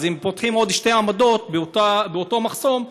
אז אם פותחים עוד שתי עמדות באותו מחסום,